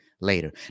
later